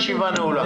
הישיבה נעולה.